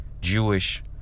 Jewish